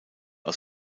aus